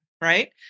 right